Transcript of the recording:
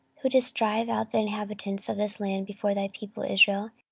who didst drive out the inhabitants of this land before thy people israel,